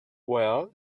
well